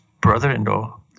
brother-in-law